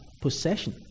possession